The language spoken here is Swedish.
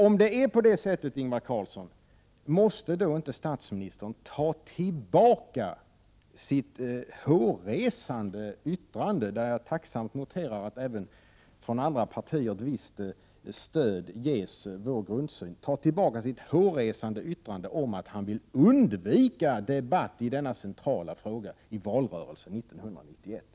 Om det är på det sättet, måste då inte statsministern ta tillbaka sitt hårresande yttrande — jag noterar att även andra partier ger vår grundsyn visst stöd — om att han vill undvika debatt i denna centrala fråga i valrörelsen 1991?